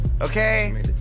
Okay